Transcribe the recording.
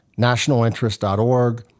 Nationalinterest.org